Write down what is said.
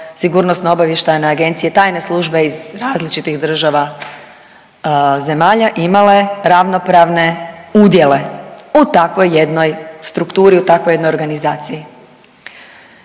sigurnosno-obavještajne agencije, tajne službe iz različitih država zemalja imale ravnopravne udjele u takvoj jednoj strukturi, u takvoj jednoj organizaciji.